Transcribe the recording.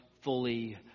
fully